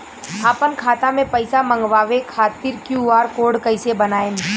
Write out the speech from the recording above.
आपन खाता मे पैसा मँगबावे खातिर क्यू.आर कोड कैसे बनाएम?